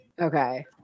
Okay